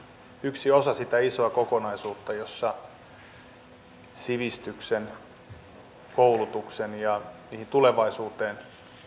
yksi osa sitä isoa kokonaisuutta jossa sivistyksen koulutuksen ja tulevaisuuteen